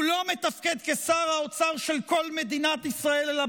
הוא לא מתפקד כשר האוצר של כל מדינת ישראל אלא